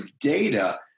data